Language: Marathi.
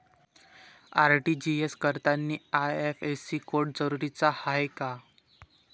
आर.टी.जी.एस करतांनी आय.एफ.एस.सी कोड जरुरीचा हाय का?